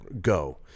go